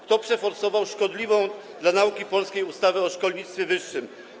Kto przeforsował szkodliwą dla nauki polskiej ustawę o szkolnictwie wyższym?